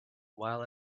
while